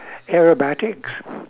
aerobatics